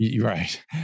Right